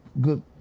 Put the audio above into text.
good